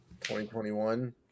2021